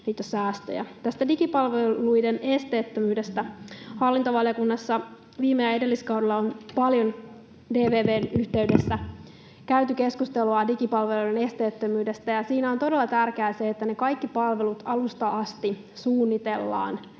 Tästä digipalveluiden esteettömyydestä. Hallintovaliokunnassa viime- ja edelliskaudella on DVV:n yhteydessä käyty paljon keskustelua digipalveluiden esteettömyydestä, ja siinä on todella tärkeää se, että ne kaikki palvelut alusta asti suunnitellaan